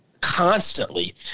constantly